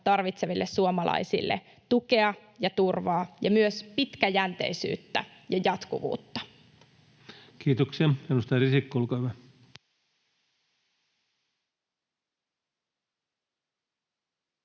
tarvitseville suomalaisille tukea ja turvaa ja myös pitkäjänteisyyttä ja jatkuvuutta. [Speech 302] Speaker: